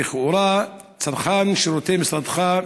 לכאורה צרכן שירותי משרדך,